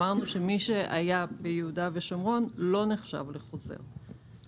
אמרנו שמי שהיה ביהודה ושומרון לא נחשב לחוזר,